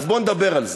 אז בא נדבר על זה.